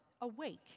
awake